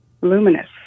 luminous